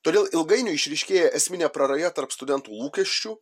todėl ilgainiui išryškėja esminė praraja tarp studentų lūkesčių